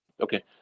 Okay